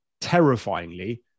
terrifyingly